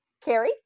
Carrie